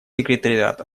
секретариат